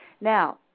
Now